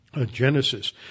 Genesis